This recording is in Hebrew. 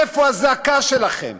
איפה הזעקה שלכם?